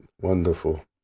wonderful